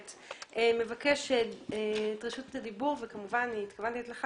מבקש את רשות הדיבור וכמובן התכוונתי לתת לך